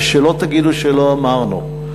ושלא תגידו שלא אמרנו.